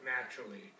naturally